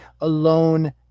alone